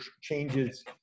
changes